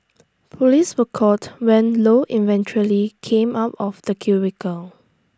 Police were called when Lou eventually came out of the cubicle